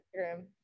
Instagram